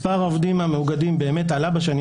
מספר העובדים המאוגדים באמת עלה בשנים